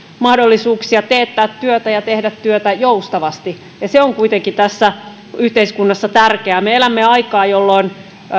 mahdollisuuksia teettää työtä ja tehdä työtä joustavasti se on kuitenkin tässä yhteiskunnassa tärkeää me elämme aikaa jolloin